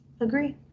agree